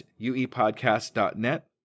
UEPodcast.net